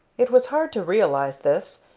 it was hard to realize this,